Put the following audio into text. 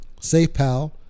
SafePal